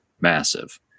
massive